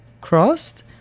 crossed